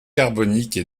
carbonique